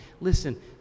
Listen